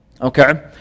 Okay